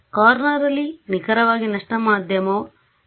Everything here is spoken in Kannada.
ಕಾರ್ನರಲ್ಲಿ ನಿಖರವಾಗಿ ನಷ್ಟ ಮಾಧ್ಯಮ lossy medium